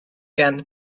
can